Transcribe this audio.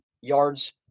yards